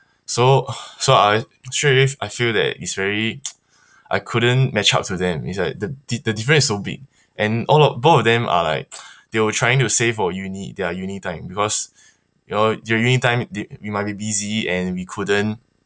so so I straight away I I feel that it's very I couldn't match up to them it's like the the difference is so big and all of both of them are like they were trying to save for uni their uni time because you know your uni time they you might be busy and we couldn't